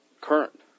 current